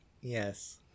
Yes